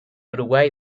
uruguay